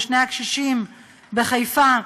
לשני הקשישים בחיפה,